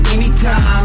Anytime